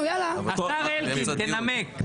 השר אלקין, תנמק.